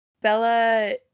Bella